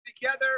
together